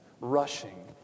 Rushing